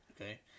okay